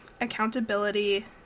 accountability